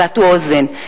והטו אוזן,